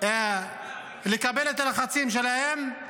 לקבל את הלחצים שלהם,